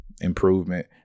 improvement